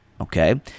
Okay